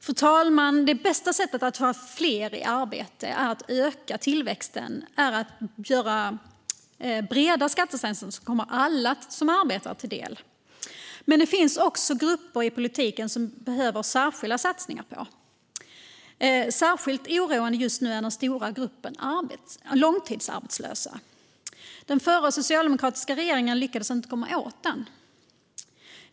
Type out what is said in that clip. Fru talman! Det bästa sättet att få fler i arbete och öka tillväxten är att göra breda skattesänkningar som kommer alla som arbetar till del. Men det finns också grupper som politiken behöver göra särskilda satsningar på. Särskilt oroande just nu är den stora gruppen långtidsarbetslösa. Den förra socialdemokratiska regeringen lyckades inte komma åt den.